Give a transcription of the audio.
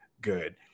good